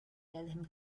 welchem